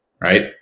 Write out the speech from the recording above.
right